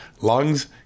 lungs